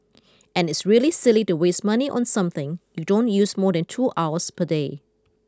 and it's really silly to waste money on something you don't use more than two hours per day